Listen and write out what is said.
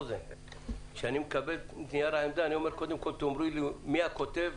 אני אומר שקודם יראו לי מה הכותב,